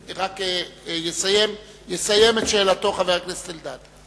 יסיים את שאלתו חבר הכנסת אלדד.